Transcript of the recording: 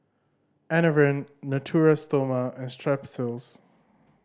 Enervon Natura Stoma and Strepsils